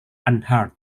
unhurt